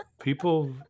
People